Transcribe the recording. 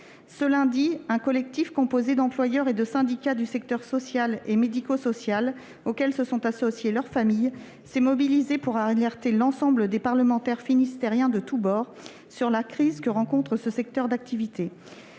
Ce lundi, un collectif composé d'employeurs et de syndicats du secteur social et médico-social, auxquels se sont associées leurs familles, s'est mobilisé pour alerter l'ensemble des parlementaires finistériens de tous bords sur la crise que connaît ce secteur d'activité.